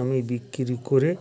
আমি বিক্রি করে